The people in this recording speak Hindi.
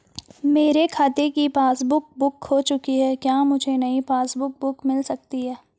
मेरे खाते की पासबुक बुक खो चुकी है क्या मुझे नयी पासबुक बुक मिल सकती है?